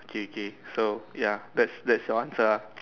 okay okay so ya that's that's your answer ah